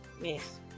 Yes